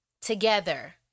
together